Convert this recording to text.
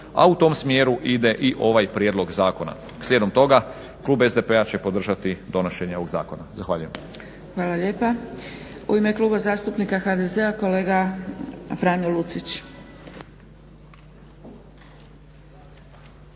A u tom smjeru ide i ovaj prijedlog zakona. Slijedom toga Klub SDP-a će podržati donošenje ovoga zakona. Zahvaljujem. **Zgrebec, Dragica (SDP)** Hvala lijepa. U ime Kluba zastupnika HDZ-a kolega Franjo Lucić